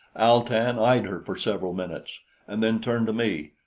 al-tan eyed her for several minutes and then turned to me.